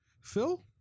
Phil